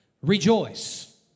Rejoice